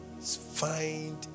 Find